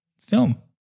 film